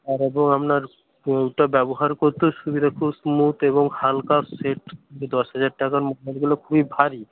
আর এবং আপনার ফোনটা ব্যবহার করতেও সুবিধা খুব স্মুথ এবং হালকা সেট দশ হাজার টাকার গুলো খুবই ভারী